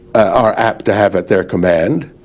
are apt to have at their command,